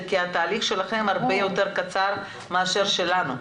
כי התהליך שלכם הרבה יותר קצר מאשר שלנו.